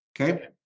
Okay